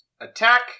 Attack